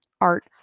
art